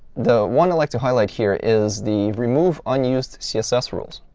the one elective highlight here is the remove unused css rules.